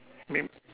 wait